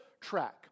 track